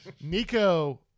Nico